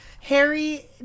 Harry